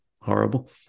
horrible